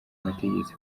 bategetsi